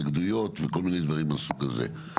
התנגדויות וכל מיני דברים מהסוג הזה.